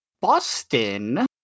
Boston